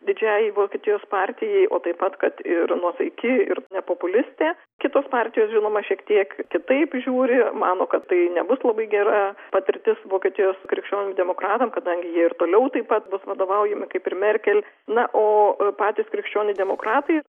didžiajai vokietijos partijai o taip pat kad ir nuosaiki ir ne populistė kitos partijos žinoma šiek tiek kitaip žiūri mano kad tai nebus labai gera patirtis vokietijos krikščionim demokratam kadangi jie ir toliau taip pat bus vadovaujama kaip ir merkel na o patys krikščionys demokratai